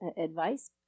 advice